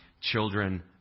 children